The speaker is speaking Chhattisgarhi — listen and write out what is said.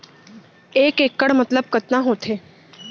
एक इक्कड़ मतलब कतका होथे?